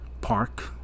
park